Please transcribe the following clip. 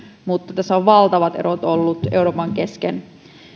mutta tässä on valtavat erot ollut euroopan kesken